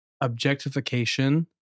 objectification